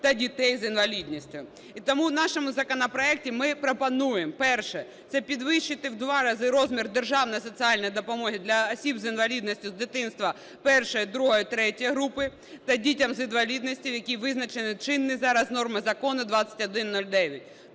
та дітей з інвалідністю. І тому в нашому законопроекті ми пропонуємо. Перше. Це підвищити в два рази розмір державного соціальної допомоги для осіб з інвалідністю з дитинства І, ІІ, ІІІ групи та дітям з інвалідністю, які визначені чинними зараз нормами закону 2109.